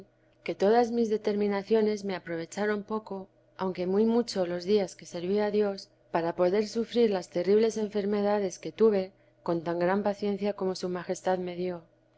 que todas mis determinaciones me aprovecharon poco aunque muy mucho los días que serví a dios para poder sufrir las terribles enfermedades que tuve con tan gran paciencia como su majestad me dio